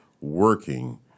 working